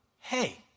hey